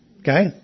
Okay